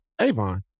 Avon